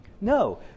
No